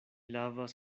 lavas